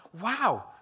Wow